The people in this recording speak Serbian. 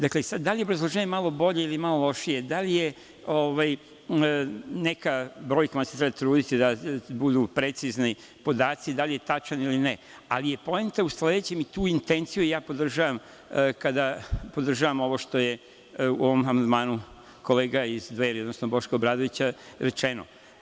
Da li je obrazloženje malo bolje ili malo lošije, da li se truditi sa brojkama da budu precizni podaci, da li je tačan ili ne, ali je poenta u sledećem i tu intenciju ja podržavam kada podržavam ovo što je u ovom amandmanu kolega iz Dveri, odnosno Boško Obradović, rečeno.